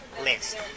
list